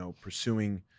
pursuing